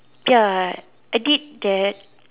ya I did that